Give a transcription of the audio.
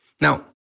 Now